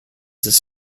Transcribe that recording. this